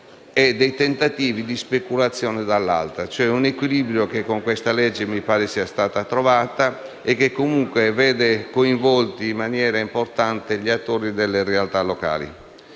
e i tentativi di speculazione. Un equilibrio che con questa legge mi pare si sia trovato e che comunque vede coinvolti in maniera importante gli attori delle realtà locali.